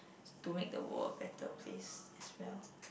to make the world a better place as well